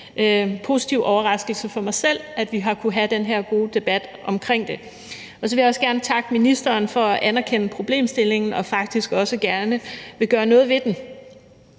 en rigtig positiv overraskelse for mig selv, at vi har kunnet have den her gode debat omkring det. Så vil jeg også gerne takke ministeren for at anerkende problemstillingen og for faktisk også gerne at ville gøre noget ved den.